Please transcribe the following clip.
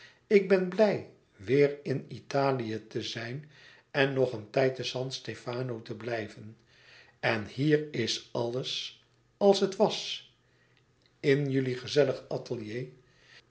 ik ben blij weêr in italië te zijn en nog een tijd te san stefano te blijven en hier is alles als het was in jullie gezellig atelier